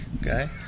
Okay